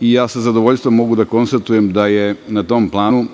i ja sa zadovoljstvom mogu da konstatujem da je na tom planu